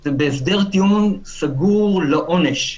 זה בהסדר טיעון סגור לעונש.